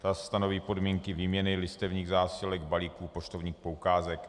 Ta stanoví podmínky výměny listovních zásilek, balíků, poštovních poukázek.